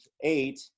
eight